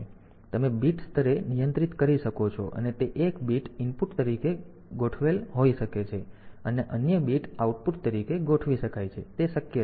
તેથી તમે બીટ સ્તરે નિયંત્રિત કરી શકો છો અને તે એક બીટ ઇનપુટ તરીકે ગોઠવેલ હોઈ શકે છે અને અન્ય બીટ આઉટપુટ તરીકે ગોઠવી શકાય છે તેથી તે શક્ય છે